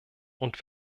und